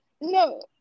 no